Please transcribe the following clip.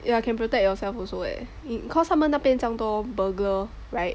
yeah can protect yourself also eh cause 他们那边这样多 burglar right